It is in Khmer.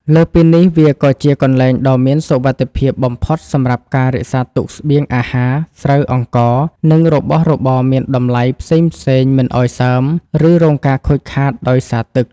លើសពីនេះ វាក៏ជាកន្លែងដ៏មានសុវត្ថិភាពបំផុតសម្រាប់ការរក្សាទុកស្បៀងអាហារ ស្រូវអង្ករ និងរបស់របរមានតម្លៃផ្សេងៗមិនឱ្យសើម ឬរងការខូចខាតដោយសារទឹក។